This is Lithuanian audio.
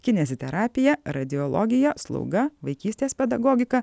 kineziterapija radiologija slauga vaikystės pedagogika